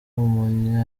umunya